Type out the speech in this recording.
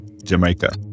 Jamaica